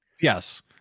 yes